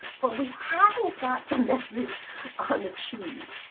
but we haven't got the message on the cheese.